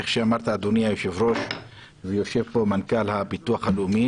כפי שאמרתי ויושב פה מנכ"ל הביטוח הלאומי